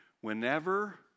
Whenever